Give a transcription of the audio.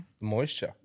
Moisture